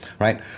right